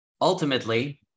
ultimately